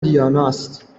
دیاناست